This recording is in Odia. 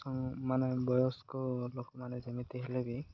ମାନେ ବୟସ୍କ ଲୋକମାନେ ଯେମିତି ହେଲେ ବି